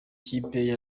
kipe